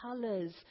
colors